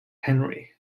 henry